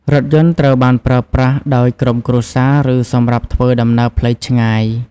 រថយន្តត្រូវបានប្រើប្រាស់ដោយក្រុមគ្រួសារ ឬសម្រាប់ធ្វើដំណើរផ្លូវឆ្ងាយ។